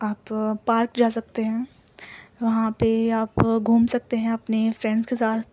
آپ پارک جا سکتے ہیں وہاں پہ آپ گھوم سکتے ہیں اپنی فرینڈس کے ساتھ